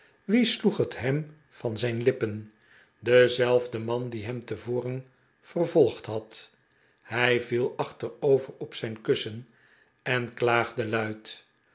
wie sloeg het hem van zijn lippen dezelfde man die hem tevoren vervolgd had hij viel achterover op zijn kussen en klaagde luid